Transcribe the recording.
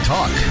Talk